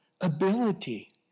ability